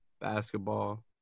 basketball